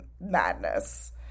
madness